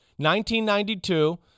1992